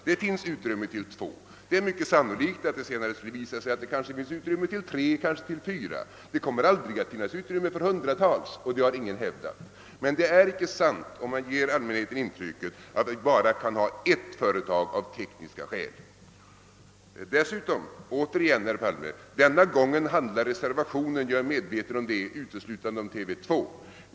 Det är mycket sannolikt att det senare kommer att visa sig att det kanske finns utrymme för tre eller fyra företag. Det kommer aldrig att finnas utrymme för hundratals, och det har heller ingen hävdat, men det är inte riktigt att ge allmänheten intrycket att vi av tekniska skäl bara kan ha ett företag. Nu handlar reservationen denna gång uteslutande — jag är medveten om det —- om TV 2.